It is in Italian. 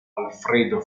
alfredo